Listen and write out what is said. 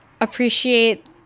appreciate